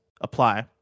apply